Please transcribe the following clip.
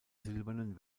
silbernen